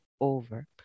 over